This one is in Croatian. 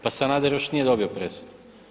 Pa Sanader još nije dobio presudu.